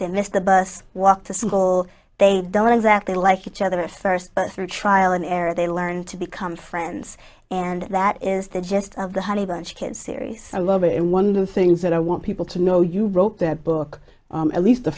they miss the bus walk to school they don't exactly like each other at first but through trial and error they learn to become friends and that is the gist of the honeybunch kids series a little bit and one new things that i want people to know you wrote that book at least the